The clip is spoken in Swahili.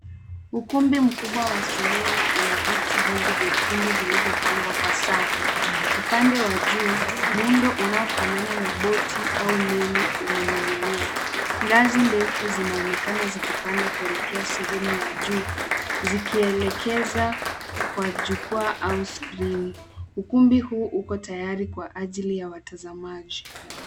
Ukumbi mkubwa wa sinema una viti vingi vyekundu vilivyopangwa kwa safu. Upande wa juu, muundo unaofanana na boti au meli umening'inia. Ngazi ndefu zinaonekana zikipanda kuelekea sehemu ya juu, zikielekeza kwa jukwaa au skrini. Ukumbi huu uko tayari kwa ajili ya watazamaji.